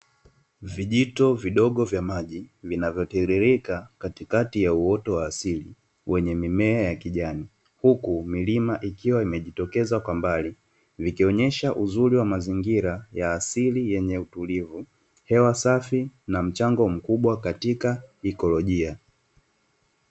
Vijito vidogo vya maji vinavyotiririka katikati ya uoto wa asili wenye mimea ya kijani, huku milima ikiwa imejitokeza kwa mbali vikionyesha uzuri wa mazingira ya asili yenye utulivu hewa safi na mchango mkubwa katika ikolojia.